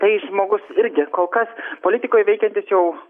tai žmogus irgi kol kas politikoj veikiantis jau